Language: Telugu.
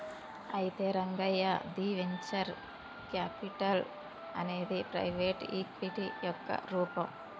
అయితే రంగయ్య ది వెంచర్ క్యాపిటల్ అనేది ప్రైవేటు ఈక్విటీ యొక్క రూపం